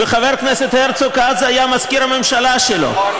וחבר הכנסת הרצוג היה אז מזכיר הממשלה שלו.